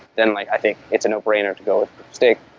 then like i think it's a no brainer to go stake.